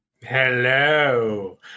Hello